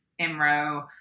IMRO